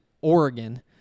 Oregon